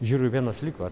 žiūriu vienas liko